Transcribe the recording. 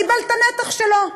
קיבל את הנתח שלו.